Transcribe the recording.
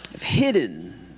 hidden